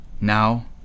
now